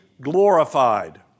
glorified